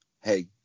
Hey